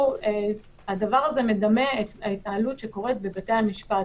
הדבר הזה מדמה את ההתנהלות שקורית בבתי המשפט.